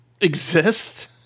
exist